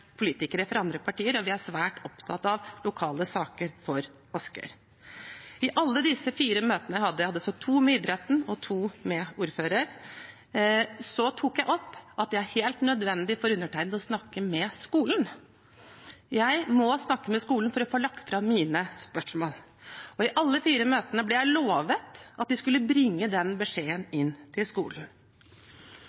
politikere fra andre partier, og vi er svært opptatt av lokale saker for Asker. I alle disse fire møtene jeg hadde – jeg hadde altså to med idretten og to med ordføreren – tok jeg opp at det er helt nødvendig for undertegnede å snakke med skolen. Jeg må snakke med skolen for å få lagt fram mine spørsmål. Og i alle de fire møtene ble jeg lovet at de skulle bringe den beskjeden